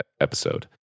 episode